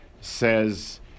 says